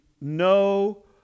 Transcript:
no